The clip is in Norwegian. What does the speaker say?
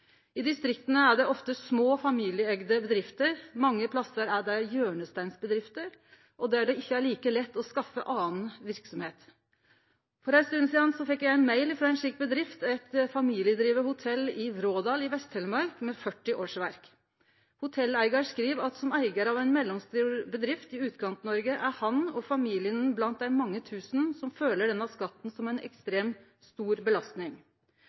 I distrikta er det ofte små familieeigde bedrifter. Mange plassar er dei hjørnesteinsbedrifter, der det ikkje er like lett å skaffe anna verksemd. For ei stund sidan fekk eg ein mail frå ei slik bedrift, eit familiedrive hotell i Vrådal i Vest-Telemark med 40 årsverk. Hotelleigaren skriv at som eigar av ein mellomstor bedrift i Utkant-Noreg er han og familien blant dei mange tusen som føler denne skatten som ei ekstremt stor belastning.